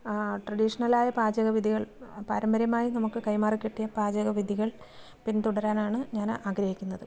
traditional ആയ പാചക വിധികൾ പാരമ്പര്യമായി നമുക്ക് കൈമാറിക്കിട്ടിയ പാചക വിധികൾ പിന്തുടരാനാണ് ഞാൻ ആഗ്രഹിക്കുന്നത്